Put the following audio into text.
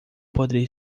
poderia